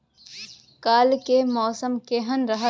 काल के मौसम केहन रहत?